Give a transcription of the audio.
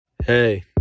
Hey